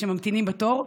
שממתינים בתור.